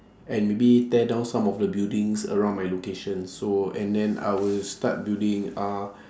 and maybe tear down some of the buildings around my location so and then I will start building uh